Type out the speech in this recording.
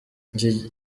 iki